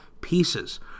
pieces